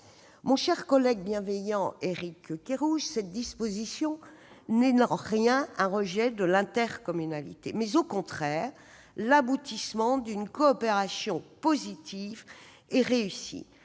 Mon cher collègue bienveillant Éric Kerrouche, cette disposition n'est en rien un rejet de l'intercommunalité, mais au contraire l'aboutissement d'une coopération positive et réussie.